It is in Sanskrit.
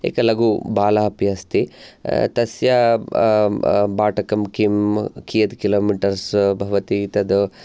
एकः लघु बालः अपि अस्ति तस्य बाटकं किं कियत् किलोमीटर्स् भवति तद्